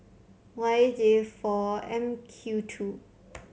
Y J four M Q two